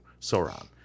Sauron